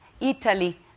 Italy